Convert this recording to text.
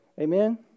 Amen